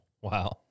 Wow